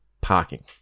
parking